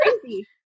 crazy